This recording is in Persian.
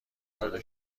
شده